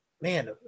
Man